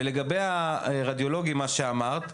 ולגבי הרדיולוגים, מה שאמרת?